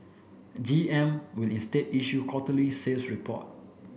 G M will instead issue quarterly sales report